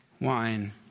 wine